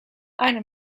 eine